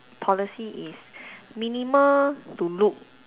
policy is minimal to look